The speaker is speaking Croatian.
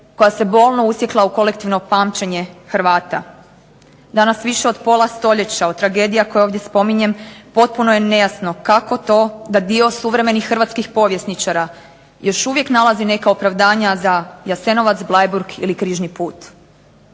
koja se bolno usjekla u kolektivno pamćenje Hrvata. Danas više od pola stoljeća od tragedija koje ovdje spominjem potpuno je nejasno kako to da dio suvremenih hrvatskih povjesničara još uvijek nalaze neka opravdanja za Jasenovac, Bleiburg ili križni put.